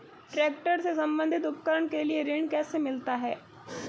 Tractor से संबंधित उपकरण के लिए ऋण कैसे मिलता है?